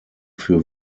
für